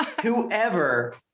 Whoever